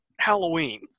Halloween